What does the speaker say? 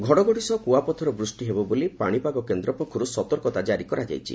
ଘଡଘଡି ସହ କୁଆପଥର ବୃଷ୍ ହେବ ବୋଲି ପାଣିପାଗ କେନ୍ଦ୍ର ପକ୍ଷରୁ ସତର୍କତା କାରି କରାଯାଇଛି